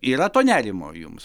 yra to nerimo jums